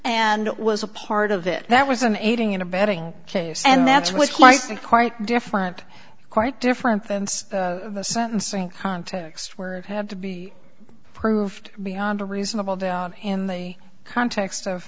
and was a part of it that was an aiding and abetting case and that's what i think quite different quite different than the sentencing context where it had to be proved beyond a reasonable doubt in the context of